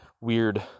weird